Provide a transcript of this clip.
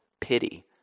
pity